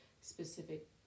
specific